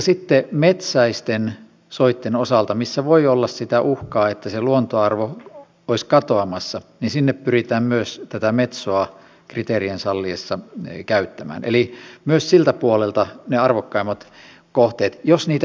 sitten metsäisten soitten osalta missä voi olla sitä uhkaa että se luontoarvo olisi katoamassa pyritään myös tätä metsoa kriteerien salliessa käyttämään eli myös siltä puolelta ovat ne arvokkaimmat kohteet jos niitä jokin uhkaa